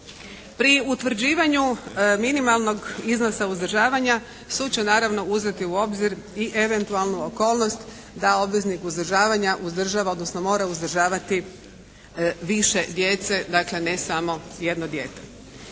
Pri utvrđivanju minimalnog iznosa uzdržavanja sud će naravno uzeti u obzir i eventualnu okolnost da obveznik uzdržavanja uzdržava odnosno mora uzdržavati više djece dakle ne samo jedno dijete.